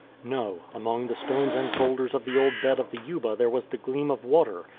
no among the stones and boulders of the old bed of the yuba there was the gleam of water,